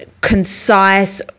concise